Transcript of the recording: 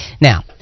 Now